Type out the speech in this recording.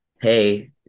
hey